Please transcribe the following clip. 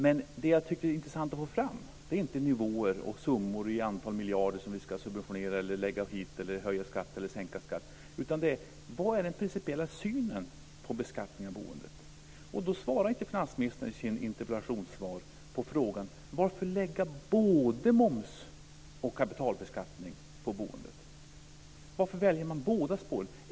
Men det som är intressant att få fram är inte nivåer eller antal miljarder i subventioner eller höjda eller sänkta skatter, utan den principiella synen på beskattning av boendet. Finansministern svarar inte i interpellationssvaret på frågan varför man lägger både moms och kapitalbeskattning på boendet. Varför väljer man båda spåren?